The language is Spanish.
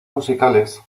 musicales